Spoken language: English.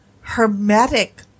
Hermetic